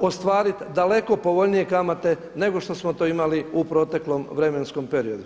ostvariti daleko povoljnije kamate, nego što smo to imali u proteklom vremenskom periodu.